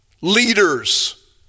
leaders